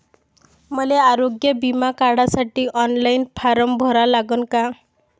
मले आरोग्य बिमा काढासाठी ऑनलाईन फारम भरा लागन का?